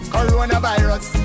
Coronavirus